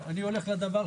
אולי,